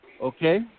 okay